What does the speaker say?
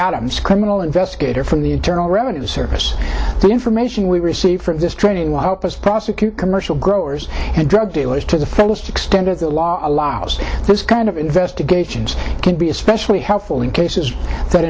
adams criminal investigator from the internal revenue service the information we received from this training while it was prosecute commercial growers and drug dealers to the fullest extent of the law allows this kind of investigations can be especially helpful in cases that